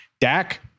Dak